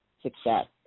success